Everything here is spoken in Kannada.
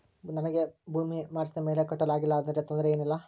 ನಮಗೆ ವಿಮೆ ಮಾಡಿಸಿದ ಮೇಲೆ ಕಟ್ಟಲು ಆಗಿಲ್ಲ ಆದರೆ ತೊಂದರೆ ಏನು ಇಲ್ಲವಾ?